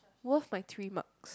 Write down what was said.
worth my three marks